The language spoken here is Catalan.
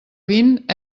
vint